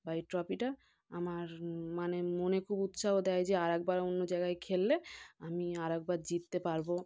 বা এই ট্রফিটা আমার মানে মনে খুব উৎসাহ দেয় যে আর একবার অন্য জায়গায় খেললে আমি আর একবার জিততে পারবো